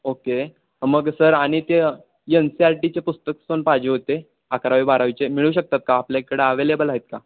okay मग sir आणि ते यन सी आर टीचे पुस्तक पण पाहिजे होते अकरावी बारावीचे मिळू शकतात का आपल्या इकडं अवेलेबल आहेत का